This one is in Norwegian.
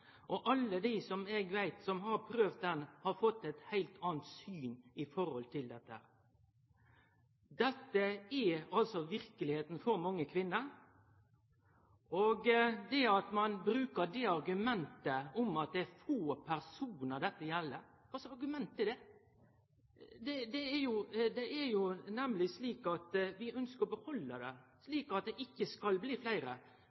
Alle dei eg veit har prøvd han, har fått eit heilt anna syn når det gjeld dette. Dette er altså verkelegheita for mange kvinner. Når ein bruker det argumentet at det er få personar dette gjeld, kva slags argument er det? Det er jo slik at vi ønskjer at det ikkje skal bli fleire. Når ein bruker det argumentet at det